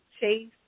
chase